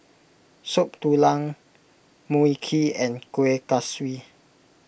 Soup Tulang Mui Kee and Kueh Kaswi